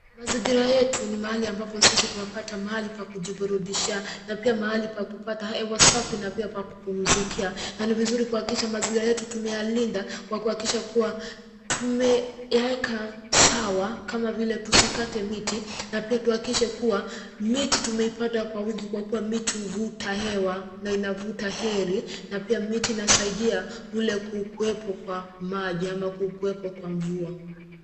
Mazingira yetu ni mahali ambapo sisi tunapata mahali pa kujiburudishia na pia mahali pa kupata hewa safi na pia pa kupumzikia na ni vizuri kuhakikisha mazingira yetu tumeyalinda kwa kuhakikisha kuwa tumeyaeka sawa kama vile, tusikate miti na pia tuhakikishe kuwa miti tumeipanda kwa wingi kwa kuwa miti huvuta hewa na inavuta heri na pia miti inasaidia kule kukuwepo kwa maji ama kukuwepo kwa mvua.